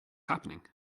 happening